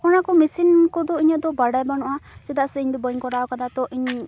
ᱚᱱᱟ ᱠᱚ ᱢᱤᱥᱤᱱ ᱠᱚᱫᱚ ᱤᱧᱟᱹᱜ ᱫᱚ ᱵᱟᱲᱟᱭ ᱵᱟᱹᱱᱩᱜᱼᱟ ᱪᱮᱫᱟᱜ ᱥᱮ ᱤᱧ ᱫᱚ ᱵᱟᱹᱧ ᱠᱚᱨᱟᱣ ᱵᱟᱲᱟᱣ ᱠᱟᱫᱟ ᱛᱚ ᱤᱧ